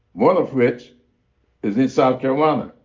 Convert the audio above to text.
one of which is in south carolina.